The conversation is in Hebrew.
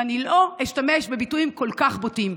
ואני לא אשתמש בביטויים כל כך בוטים.